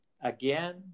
again